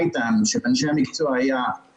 אליהם או שיש מתחמים שפשוט מגיעים למצב של זהו,